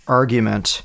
argument